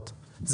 איך אתם עובדים?